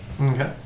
Okay